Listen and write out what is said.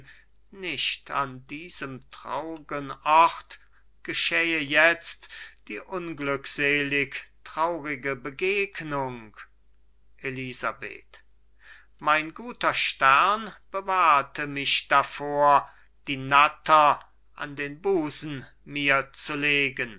nicht an diesem traur'gen ort geschähe jetzt die unglückselig traurige begegnung elisabeth mein guter stern bewahrte mich davor die natter an den busen mir zu legen